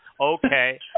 Okay